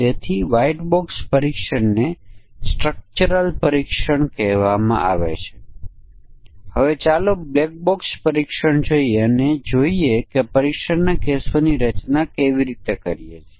આ મજબૂત સમકક્ષ વર્ગ પરીક્ષણ છે જેમાં આપણે પરિમાણો માટે સમકક્ષ વર્ગના તમામ સંભવિત સંયોજનો ધ્યાનમાં લઈએ છીએ